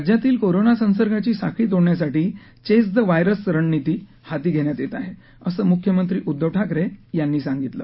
राज्यातील कोरोना संसर्गाची साखळी तोडण्यासाठी चेस द वायरस रणनिती हाती घेण्यात येत आहे असं मुख्यमंत्री उद्धव ठाकरे यांनी सांगितलं